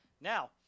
Now